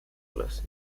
olas